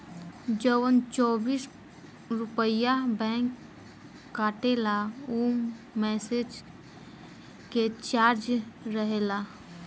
जवन चौबीस रुपइया बैंक काटेला ऊ मैसेज के चार्ज रहेला